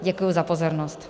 Děkuji za pozornost.